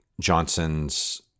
Johnson's